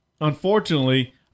Unfortunately